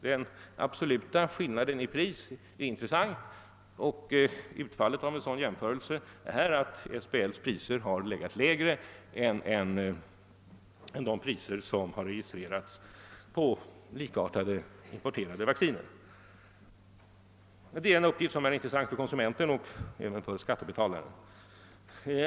Den absoluta prisskillnaden är intressant och utfallet av en sådan jämförelse blir att SBL:s priser legat lägre än de priser som registrerats t.ex. för likartade importerade vacciner. Det är en uppgift som är intressant för konsumenten och även för skattebetalaren.